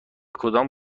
کدام